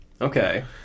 Okay